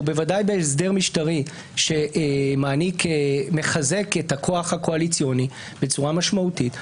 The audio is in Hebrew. ובוודאי בהסדר משטרי שמחזק את הכוח הקואליציוני בצורה משמעותית,